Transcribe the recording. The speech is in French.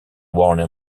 warner